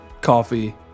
coffee